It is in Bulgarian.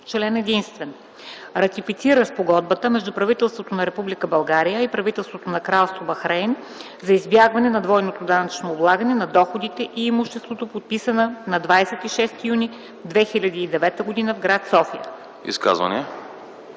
Член единствен. Ратифицира Спогодбата между правителството на Република България и правителството на Кралство Бахрейн за избягване на двойното данъчно облагане на доходите и имуществото, подписана на 26 юни 2009 г. в София.”